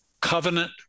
covenant